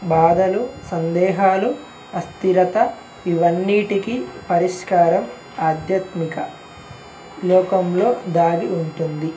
బాధలు సందేహాలు అస్థిరత ఇవన్నిటికి పరిష్కారం ఆధ్యాత్మిక లోకంలో దాగి ఉంటుంది